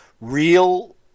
real